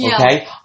Okay